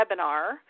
webinar